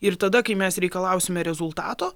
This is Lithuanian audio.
ir tada kai mes reikalausime rezultato